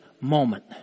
moment